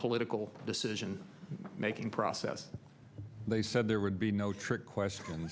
political decision making process they said there would be no trick question